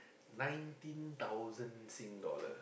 nineteen thousand sing dollar